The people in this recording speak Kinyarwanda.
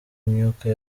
imyuka